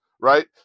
right